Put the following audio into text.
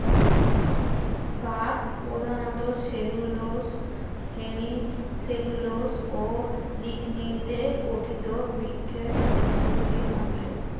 কাঠ প্রধানত cellulose, hemicellulose ও লিগনিনে গঠিত বৃক্ষের অভ্যন্তরীণ অংশ